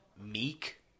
meek